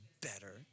better